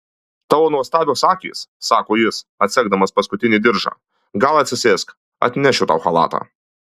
tavo nuostabios akys sako jis atsegdamas paskutinį diržą gal atsisėsk atnešiu tau chalatą